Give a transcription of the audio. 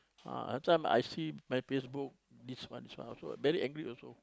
ah some I see my Facebook this one also very angry also